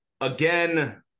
Again